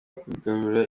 kugarura